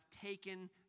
taken